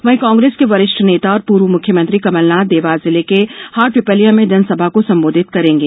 वहीं कांग्रेस के वरिष्ठ नेता और पूर्व मुख्यमंत्री कमलनाथ देवास जिले के हाटपिपलिया में जनसभा को संबोधित करेंगे